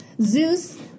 Zeus